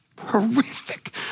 horrific